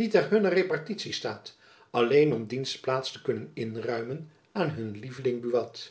die ter hunner repartitie staat alleen om diens plaats te kunnen inruimen aan hun lieveling buat